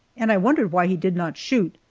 and i wondered why he did not shoot,